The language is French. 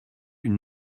une